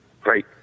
great